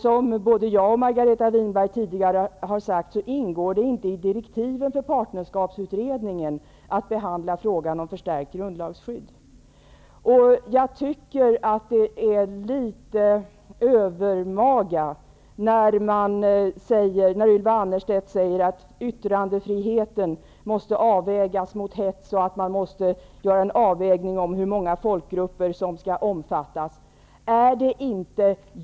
Som både Margareta Winberg och jag har sagt ingår det inte i direktiven för partnerskapsutredningen att behandla frågan om förstärkt grundlagsskydd. Jag tycker att det är litet övermaga när Ylva Annerstedt säger att yttrandefrihetan måste avvägas mot hets och mot hur många folkgrupper som skall omfattas av lagstiftning.